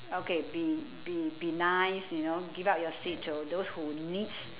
okay be be be nice you know give up your seat to those who needs